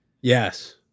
yes